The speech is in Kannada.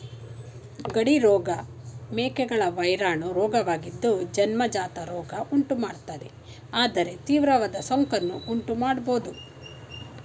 ಗಡಿ ರೋಗ ಮೇಕೆಗಳ ವೈರಾಣು ರೋಗವಾಗಿದ್ದು ಜನ್ಮಜಾತ ರೋಗ ಉಂಟುಮಾಡ್ತದೆ ಆದರೆ ತೀವ್ರವಾದ ಸೋಂಕನ್ನು ಉಂಟುಮಾಡ್ಬೋದು